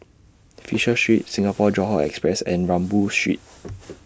Fisher Street Singapore Johore Express and Rambau Street